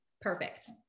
perfect